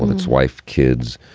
and it's wife, kids,